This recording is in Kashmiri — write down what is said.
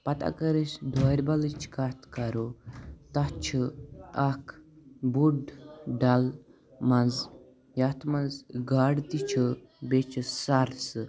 پَتہٕ اَگَر أسۍ دورِبَلِچ کتھ کَرو تَتھ چھُ اکھ بوٚڑ ڈَل مَنٛز یتھ مَنٛز گاڈٕ تہِ چھ بیٚیہِ چھ سَر زٕ